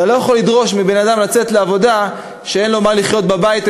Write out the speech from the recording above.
אתה לא יכול לדרוש מבן-אדם לצאת לעבודה כשאין לו ממה לחיות בבית,